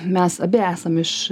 mes abi esam iš